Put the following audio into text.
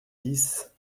dix